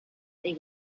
they